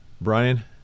Brian